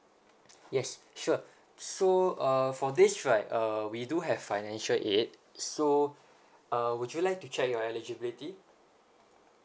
yes sure so uh for this right uh we do have financial aid so uh would you like to check your eligibility